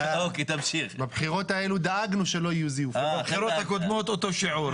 בבחירות הקודמות אותו שיעור.